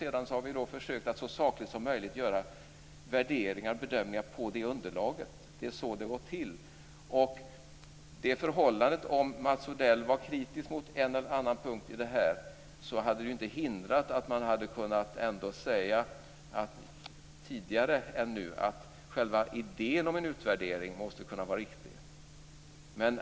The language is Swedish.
Sedan har vi så sakligt som möjligt försökt att göra värderingar och bedömningar utifrån det underlaget. Det är så det har gått till. Det förhållandet att Mats Odell var kritisk mot en eller annan punkt i det här hade ju inte hindrat att man tidigare än nu hade kunnat säga att själva idén om en utvärdering måste vara riktig.